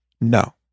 no